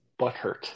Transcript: butthurt